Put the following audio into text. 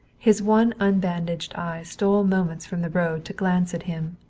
his one unbandaged eye stole moments from the road to glance at him.